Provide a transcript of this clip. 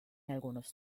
algunos